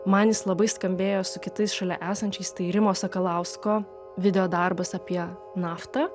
man jis labai skambėjo su kitais šalia esančiais tai rimo sakalausko videodarbas apie naftą